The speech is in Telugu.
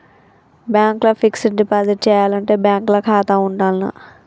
బ్యాంక్ ల ఫిక్స్ డ్ డిపాజిట్ చేయాలంటే బ్యాంక్ ల ఖాతా ఉండాల్నా?